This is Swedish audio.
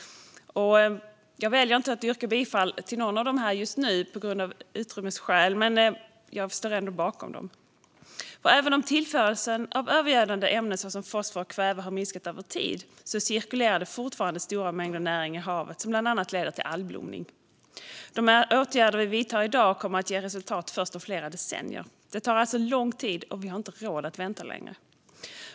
Av tidsskäl väljer jag att inte yrka bifall till någon av reservationerna just nu, men jag står ändå bakom dem. Även om tillförseln av övergödande ämnen såsom fosfor och kväve har minskat över tid cirkulerar det fortfarande stora mängder näring i havet, vilket bland annat leder till algblomning. De åtgärder vi vidtar i dag kommer att ge resultat först om flera decennier. Det tar alltså lång tid, och vi har inte råd att vänta längre.